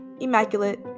immaculate